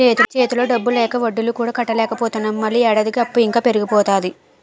చేతిలో డబ్బు లేక వడ్డీలు కూడా కట్టలేకపోతున్నాము మళ్ళీ ఏడాదికి అప్పు ఇంకా పెరిగిపోతాది